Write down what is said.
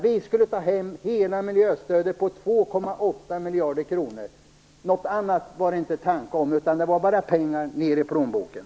Vi skulle ta hem hela miljöstödet på 2,8 miljarder kronor. Något annat fanns det inte en tanke på, det handlade bara om pengar ned i plånboken.